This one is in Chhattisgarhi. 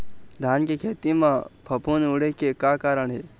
धान के खेती म फफूंद उड़े के का कारण हे?